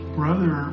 brother